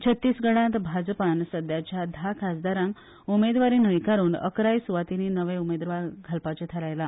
छत्तीसगडात भाजपान सध्याच्या धा खासदारांक उमेदवारी न्हयकारून अकराय सुवातीनी नवे उमेदवार घालपाचे थारायला